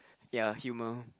ya humor